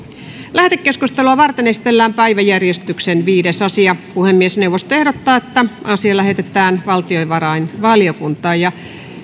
lähetekeskustelua varten esitellään päiväjärjestyksen viides asia puhemiesneuvosto ehdottaa että asia lähetetään valtiovarainvaliokuntaan